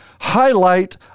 Highlight